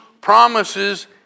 promises